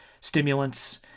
stimulants